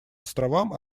островам